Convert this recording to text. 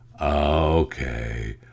Okay